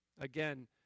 Again